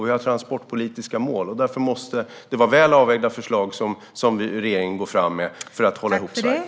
Vi har transportpolitiska mål, och därför måste det vara väl avvägda förslag som regeringen går fram med för att hålla ihop Sverige.